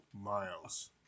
miles